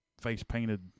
face-painted